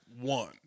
one